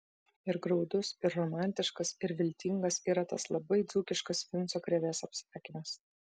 ir graudus ir romantiškas ir viltingas yra tas labai dzūkiškas vinco krėvės apsakymas